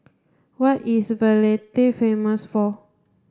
what is Valletta famous for